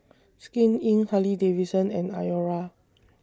Skin Inc Harley Davidson and Iora